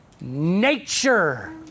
nature